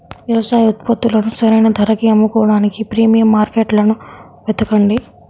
వ్యవసాయ ఉత్పత్తులను సరైన ధరకి అమ్ముకోడానికి ప్రీమియం మార్కెట్లను వెతకండి